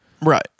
Right